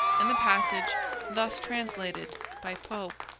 in the passage thus translated by pope